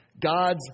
God's